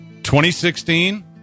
2016